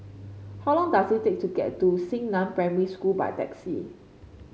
how long does it take to get to Xingnan Primary School by taxi